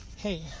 Hey